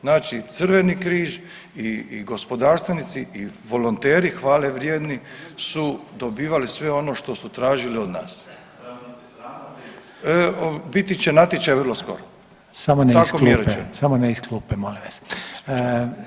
Znači Crveni križ i gospodarstvenici i volonteri, hvale vrijedni su dobivali sve ono što su tražili od nas. ... [[Upadica se ne čuje.]] Biti će natječaj vrlo skoro, [[Upadica Reiner: Samo ne iz klupe, samo ne iz klupe, molim vas.]] tako mi je rečeno.